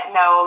no